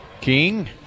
King